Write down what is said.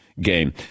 game